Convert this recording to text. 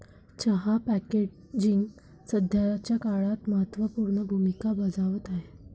चहा पॅकेजिंग सध्याच्या काळात महत्त्व पूर्ण भूमिका बजावत आहे